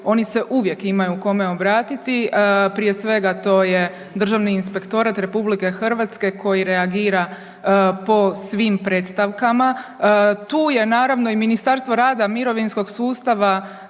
oni se uvijek imaju kome obratiti. Prije svega to je Državni inspektorat RH koji reagira po svim predstavkama. Tu je naravno i Ministarstvo rada, mirovinskog sustava,